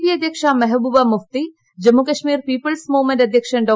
P അധ്യക്ഷ Mehbooba Mufti Jammu Kashmir people's movement അധ്യക്ഷൻ ഡോ